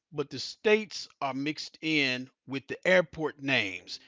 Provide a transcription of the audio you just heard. but the states are mixed in with the airport names.